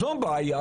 זאת בעיה,